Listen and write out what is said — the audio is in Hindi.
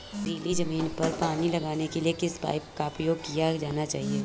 पथरीली ज़मीन पर पानी लगाने के किस पाइप का प्रयोग किया जाना चाहिए?